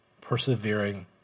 persevering